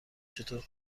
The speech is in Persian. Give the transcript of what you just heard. چطور